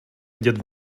vidět